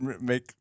make